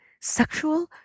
sexual